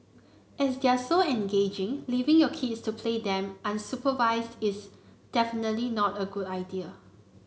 as they are so engaging leaving your kids to play them unsupervised is definitely not a good idea